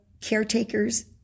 caretakers